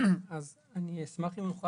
אני מטעם